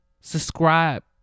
subscribe